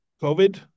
COVID